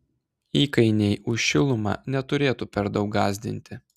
įkainiai už šilumą neturėtų per daug gąsdinti